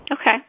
okay